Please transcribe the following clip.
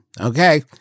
Okay